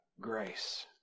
grace